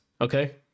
okay